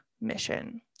mission